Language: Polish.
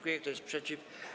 Kto jest przeciw?